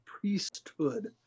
priesthood